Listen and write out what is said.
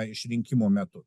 išrinkimo metu